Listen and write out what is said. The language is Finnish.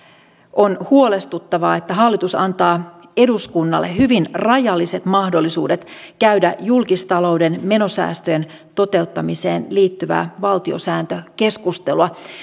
on huolestuttavaa että hallitus antaa eduskunnalle hyvin rajalliset mahdollisuudet käydä julkistalouden menosäästöjen toteuttamiseen liittyvää valtiosääntökeskustelua